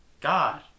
God